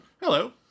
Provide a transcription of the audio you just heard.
Hello